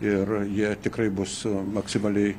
ir jie tikrai bus maksimaliai